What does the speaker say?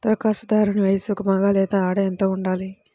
ధరఖాస్తుదారుని వయస్సు మగ లేదా ఆడ ఎంత ఉండాలి?